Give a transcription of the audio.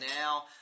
now